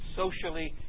socially